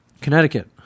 Connecticut